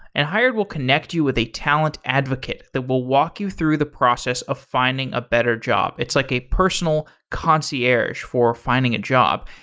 and hired will connect you with a talent advocate that will walk you through the process of finding a better job. it's like a personal concierge for finding a job.